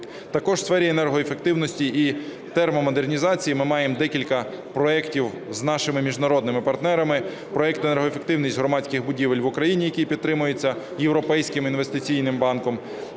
Також у сфері енергоефективності і термомодернізації ми маємо декілька проектів з нашими міжнародними партнерами. Проект "Енергоефективність громадських будівель в Україні", який підтримується Європейським інвестиційним банком